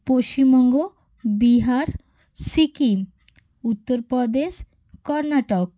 পশশিমবঙ্গ Bihar Sikkim Uttar Pradesh Karnataka